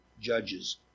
judges